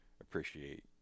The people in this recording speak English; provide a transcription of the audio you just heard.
appreciate